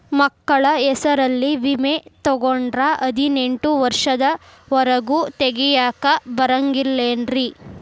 ಮಕ್ಕಳ ಹೆಸರಲ್ಲಿ ವಿಮೆ ತೊಗೊಂಡ್ರ ಹದಿನೆಂಟು ವರ್ಷದ ಒರೆಗೂ ತೆಗಿಯಾಕ ಬರಂಗಿಲ್ಲೇನ್ರಿ?